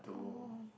oh